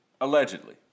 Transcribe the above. Allegedly